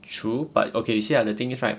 true but okay share the things right